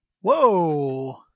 Whoa